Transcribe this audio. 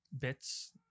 bits